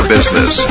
Business